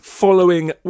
following